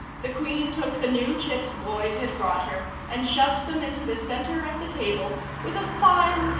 the queen took the new chips boyd had brought her and shoved them into the center of the table with a fine,